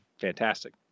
fantastic